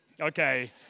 okay